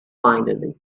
finally